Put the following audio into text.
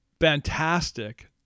fantastic